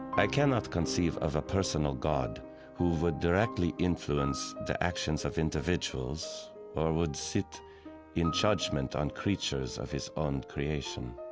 i cannot conceive of a personal god who would directly influence the actions of individuals or would sit in judgment on creatures of his own creation.